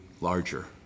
larger